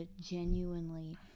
genuinely